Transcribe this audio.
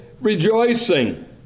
rejoicing